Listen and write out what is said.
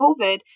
COVID